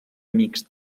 mixt